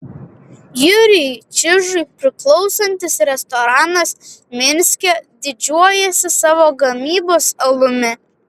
jurijui čižui priklausantis restoranas minske didžiuojasi savo gamybos alumi